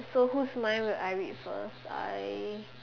so whose mind will I read first I